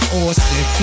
Austin